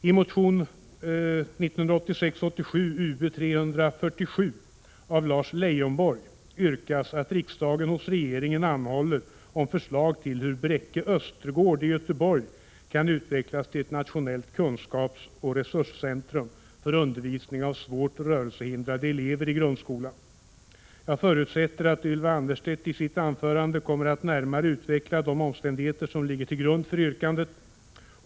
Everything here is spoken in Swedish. I motion 1986/87:Ub347 av Lars Leijonborg yrkas att riksdagen hos regeringen anhåller om förslag till hur Bräcke Östergård i Göteborg kan utvecklas till ett nationellt kunskapsoch resurscentrum för undervisning av svårt rörelsehindrade elever i grundskolan. Jag förutsätter att Ylva Annerstedt i sitt anförande kommer att närmare utveckla de omständigheter som ligger till grund för yrkandet.